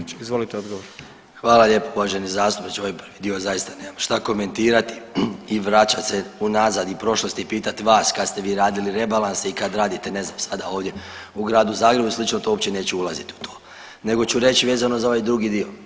Hvala lijepo uvaženi zastupniče, ovaj prvi dio zaista nemam šta komentirati i vraćati se unazad i prošlost i pitati vas kad ste vi radili rebalans i kad radite, ne znam sada ovdje u Gradu Zagrebu i slično, to uopće neću ulaziti u to nego ću reći vezano za ovaj drugi di.